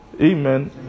Amen